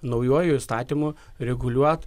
naujuoju įstatymu reguliuot